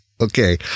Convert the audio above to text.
okay